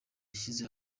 yashyize